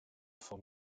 vom